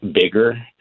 bigger